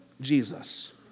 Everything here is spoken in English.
Jesus